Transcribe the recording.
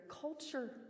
culture